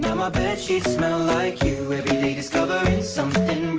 my my bed sheets smell like day discovering so